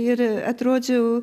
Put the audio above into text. ir atrodžiau